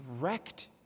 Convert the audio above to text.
wrecked